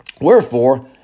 Wherefore